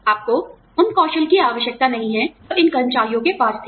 आपको उन कौशल की आवश्यकता नहीं है जो इन कर्मचारियों के पास थे